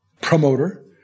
promoter